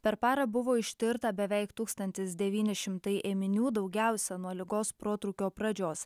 per parą buvo ištirta beveik tūkstantis devyni šimtai ėminių daugiausia nuo ligos protrūkio pradžios